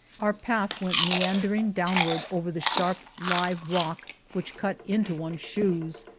our path went meandering downward over the sharp, live rock which cut into one's shoes,